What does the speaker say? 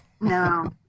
No